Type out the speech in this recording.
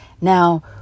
Now